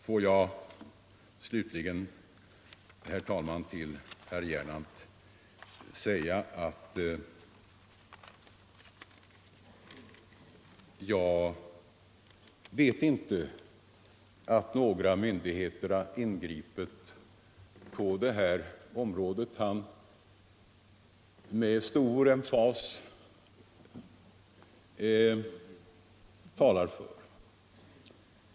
Jag vill slutligen, fru talman, till herr Gernandt säga att jag inte vet att några myndigheter har ingripit på det område som han med stor emfas talar om.